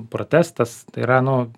protestas tai yra nu